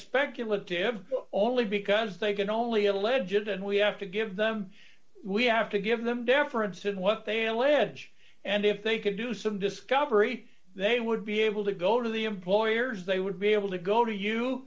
speculative only because they get only a legit and we have to give them we have to give them deference in what they allege and if they could do some discovery they would be able to go to the employers they would be able to go to you